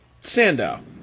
Sandow